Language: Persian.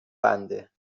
بنده